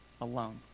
alone